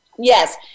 Yes